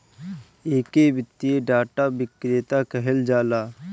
एके वित्तीय डाटा विक्रेता कहल जाला